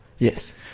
Yes